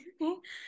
okay